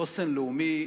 חוסן לאומי,